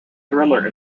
thriller